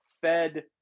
Fed